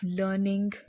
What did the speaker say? learning